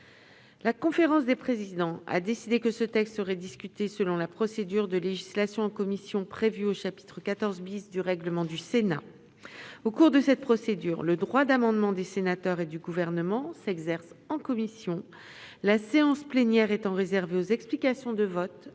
La conférence des présidents a décidé que ce texte serait discuté selon la procédure de législation en commission prévue au chapitre XIV du règlement du Sénat. Au cours de cette procédure, le droit d'amendement des sénateurs et du Gouvernement s'exerce en commission, la séance plénière étant réservée aux explications de vote et